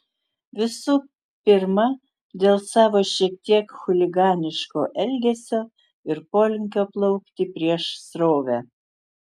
visų pirma dėl savo šiek tiek chuliganiško elgesio ir polinkio plaukti prieš srovę